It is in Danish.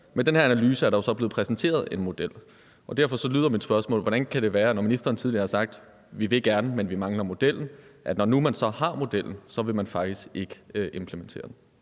Med den her analyse er der jo så blevet præsenteret en model, og derfor lyder mit spørgsmål: Hvordan kan det være, at når ministeren tidligere har sagt, at man gerne vil, men mangler modellen, så vil man, når man så nu har modellen, faktisk ikke implementere den?